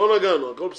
לא נגענו, הכול בסדר.